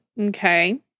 Okay